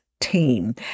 team